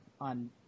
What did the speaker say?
on